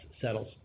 settles